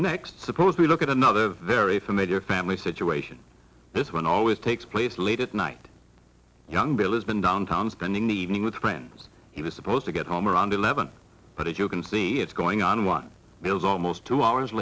next suppose we look at another very familiar family situation this one always takes place late at night young bill is been downtown spending the evening with friends he was supposed to get home around eleven but as you can see it's going on one is almost two hours